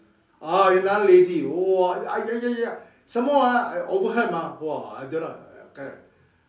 ah with another lady !whoa! I ya ya ya ya some more ah I overheard mah !whoa! I don't know ah correct